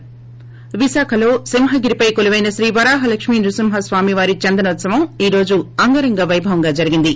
ి విశాఖలో సింహగిరిపై కొలువైన శ్రీ వరాహ లక్ష్మి నృసింహ స్వామివారి చందనోత్సవం ఈ రోజు అంగరంగ పైభవంగా జరిగింది